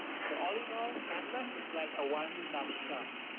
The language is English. so all in all canvas is like a one stop shop,